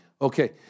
Okay